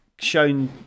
Shown